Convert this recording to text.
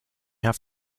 have